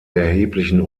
erheblichen